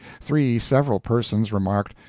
three several persons remarked,